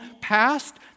past